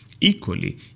Equally